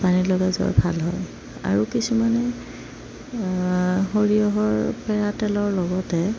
পানীৰ লগা জ্বৰ ভাল হয় আৰু কিছুমানে সৰিয়হৰ পেৰা তেলৰ লগতে